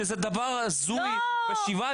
שזה דבר הזוי בשבעה,